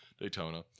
Daytona